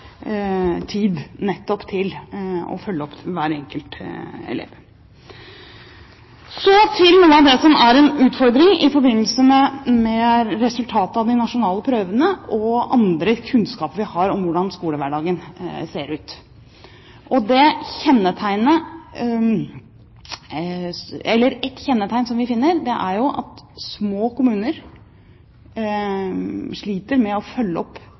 tid nettopp til å følge opp hver enkelt elev. Så til noe av det som er en utfordring i forbindelse med resultatet av de nasjonale prøvene og andre kunnskaper vi har om hvordan skolehverdagen ser ut. Et kjennetegn som vi finner, er jo at små kommuner her sliter med å følge opp